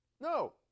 No